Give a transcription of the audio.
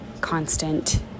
constant